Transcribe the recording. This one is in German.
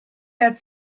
der